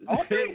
Okay